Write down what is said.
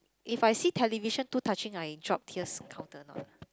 if I see television too touching I drop tears counted or not